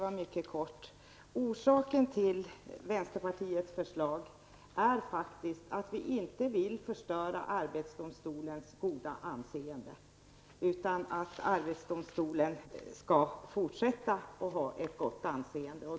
Fru talman! Orsaken till vänsterpartiets förslag är faktiskt att vi inte vill förstöra arbetsdomstolens goda anseende. Vi vill att arbetsdomstolen skall fortsätta att ha ett gott anseende.